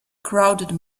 crowded